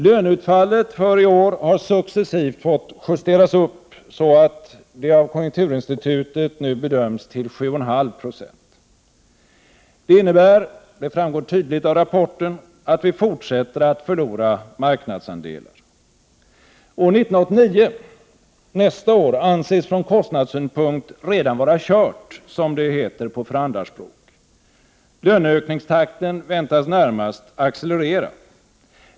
Löneutfallet för i år har successivt fått justeras upp så att det av konjunkturinstitutet nu bedöms till 7,5 26. Det innebär, vilket tydligt framgår av rapporten, att vi fortsätter att förlora marknadsandelar. År 1989 anses från kostnadssynpunkt redan vara kört, som det heter på förhandlarspråk. Löneökningstakten väntas närmast accelerera.